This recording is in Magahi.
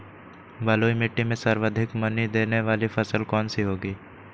बलुई मिट्टी में सर्वाधिक मनी देने वाली फसल कौन सी होंगी?